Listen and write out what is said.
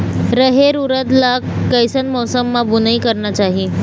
रहेर उरद ला कैसन मौसम मा बुनई करना चाही?